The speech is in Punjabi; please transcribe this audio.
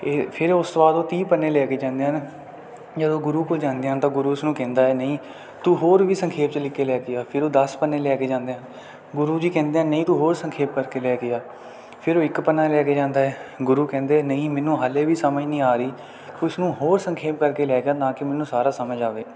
ਅਤੇ ਫੇਰ ਉਸ ਤੋਂ ਬਾਅਦ ਉਹ ਤੀਹ ਪੰਨੇ ਲੈ ਕੇ ਜਾਂਦੇ ਹਨ ਜਦੋਂ ਉਹ ਗੁਰੂ ਕੋਲ ਜਾਂਦੇ ਹਨ ਤਾਂ ਗੁਰੂ ਉਸਨੂੰ ਕਹਿੰਦਾ ਹੈ ਨਹੀਂ ਤੂੰ ਹੋਰ ਵੀ ਸੰਖੇਪ 'ਚ ਲਿਖ ਕੇ ਲੈ ਕੇ ਆ ਫੇਰ ਉਹ ਦਸ ਪੰਨੇ ਲੈ ਕੇ ਜਾਂਦੇ ਆ ਗੁਰੂ ਜੀ ਕਹਿੰਦੇ ਹਨ ਨਹੀਂ ਤੂੰ ਹੋਰ ਸੰਖੇਪ ਕਰਕੇ ਲੈ ਕੇ ਆ ਫੇਰ ਉਹ ਇੱਕ ਪੰਨਾ ਲੈ ਕੇ ਜਾਂਦਾ ਹੈ ਗੁਰੂ ਕਹਿੰਦੇ ਨਹੀਂ ਮੈਨੂੰ ਹਾਲੇ ਵੀ ਸਮਝ ਨਹੀਂ ਆ ਰਹੀ ਉਸਨੂੰ ਹੋਰ ਸੰਖੇਪ ਕਰਕੇ ਲੈ ਕੇ ਆ ਨਾ ਕਿ ਮੈਨੂੰ ਸਾਰਾ ਸਮਝ ਆਵੇ